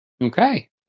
okay